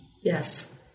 Yes